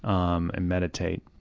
um and meditate.